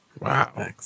Wow